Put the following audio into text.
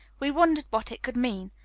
we wondered what it could mean,